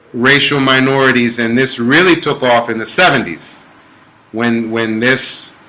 racial minorities, and this really took off in the seventies when when this